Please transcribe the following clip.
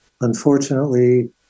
Unfortunately